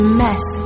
mess